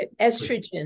estrogen